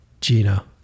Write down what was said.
Gina